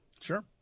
sure